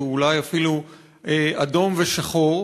שאולי הוא אפילו אדום ושחור,